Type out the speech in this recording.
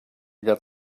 get